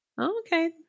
Okay